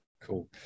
Cool